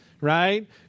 right